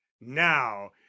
now